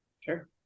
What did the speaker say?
Sure